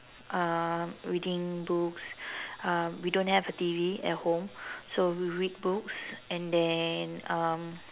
um reading books um we don't have a T_V at home so we'll read books and then um